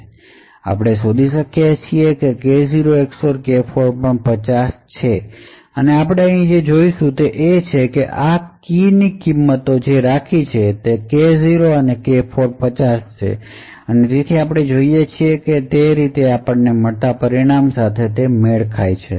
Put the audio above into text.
તેથી આપણે શોધી શકીએ કે K0 XOR K4 પણ 50 ની બરાબર હશે અને જો આપણે જોઈશું આપણે આ કીની કિંમતો જે રાખી છે તે K0 અને K4 50 છે અને તેથી આપણે જોઈએ છીએ કે તે આપણને મળતા પરિણામો સાથે તે મેળ ખાય છે